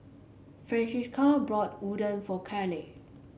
Francisca brought Udon for Kalie